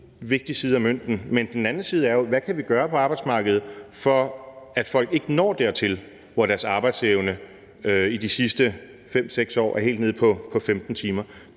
vigtig side af mønten, men den anden side er jo: Hvad kan vi gøre på arbejdsmarkedet, for at folk ikke når dertil, hvor deres arbejdsevne i de sidste 5-6 år er helt nede på 15 timer?